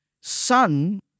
son